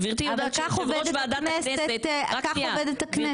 גברתי יודעת שיושב ראש ועדת הכנסת --- אבל כך עובדת הכנסת.